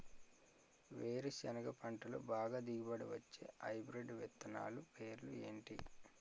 వేరుసెనగ పంటలో బాగా దిగుబడి వచ్చే హైబ్రిడ్ విత్తనాలు పేర్లు ఏంటి?